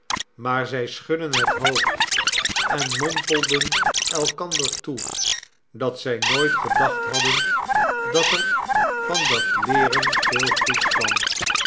maar zij schudden het hoofd en mompelden elkander toe dat zij nooit gedacht hadden dat er van dat leeren veel goeds kwam